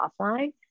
offline